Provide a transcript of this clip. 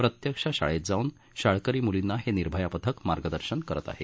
प्रत्यक्ष शाळेत जाऊन शाळकरी म्लींना हे निर्भया पथक मार्गदर्शन करत आहे